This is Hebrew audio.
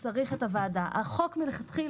של המדינה,